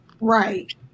Right